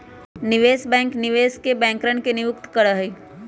निवेश बैंक निवेश बैंकरवन के नियुक्त करा हई